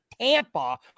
Tampa